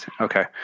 Okay